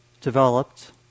developed